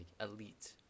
elite